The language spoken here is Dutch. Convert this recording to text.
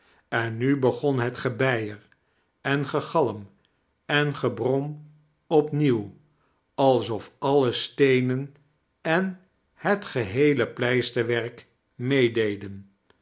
en nu begon het gebeier en gegalm en gebrom opnieuw alsof alle steenen en het geheele pleisterwerk meededen